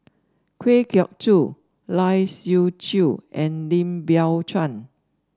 Kwa Geok Choo Lai Siu Chiu and Lim Biow Chuan